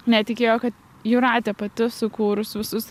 netikėjo kad jūratė pati sukūrus visus